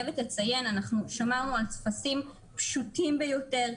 אני גם חייבת לציין שאנחנו שמרנו על טפסים פשוטים ביותר,